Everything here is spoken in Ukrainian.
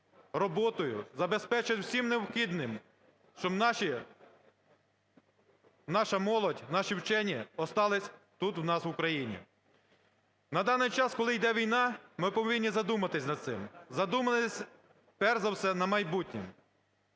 роботою, забезпечити всім необхідним, щоб наша молодь, наші вчені осталися тут в нас, в Україні. На даний час, коли іде війна, ми повинні задуматися над цим, задуматись, перш за все, на майбутнє.